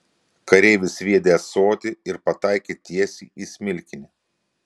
kareivis sviedė ąsotį ir pataikė tiesiai į smilkinį